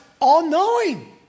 all-knowing